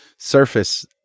Surface